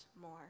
more